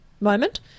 moment